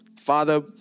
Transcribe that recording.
Father